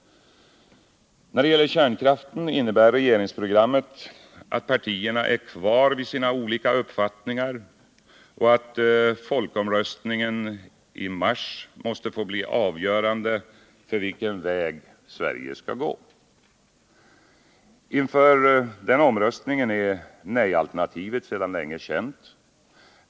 När det gäller kärnkraften innebär regeringsprogrammet att partierna är kvar i sina olika uppfattningar och att folkomröstningen i mars måste få bli avgörande för vilken väg Sverige skall gå. Inför den omröstningen är nej-alternativet sedan länge känt.